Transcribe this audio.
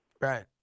right